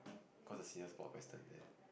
cause the seniors bought western there